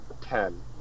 Ten